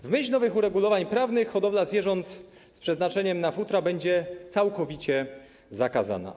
W myśl nowych uregulowań prawnych hodowla zwierząt z przeznaczeniem na futra będzie całkowicie zakazana.